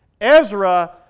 Ezra